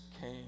came